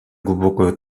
глубокую